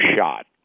shot